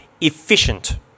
efficient